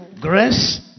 Grace